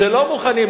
שלא מוכנים,